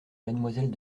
mademoiselle